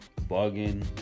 bugging